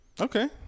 Okay